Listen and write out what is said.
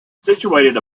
situated